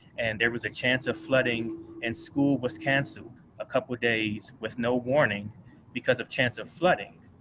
and there was a chance of flooding and school was canceled a couple of days with no warning because of chance of flooding.